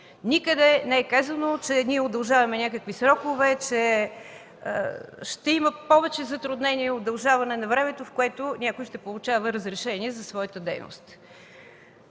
Никъде не е казано, че ние удължаваме някакви срокове, че ще има повече затруднения и удължаване на времето, в което някой ще получава разрешение за своята дейност.